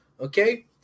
okay